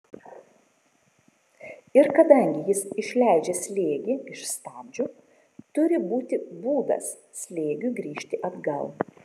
ir kadangi jis išleidžia slėgį iš stabdžių turi būti būdas slėgiui grįžti atgal